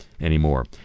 Anymore